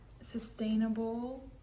sustainable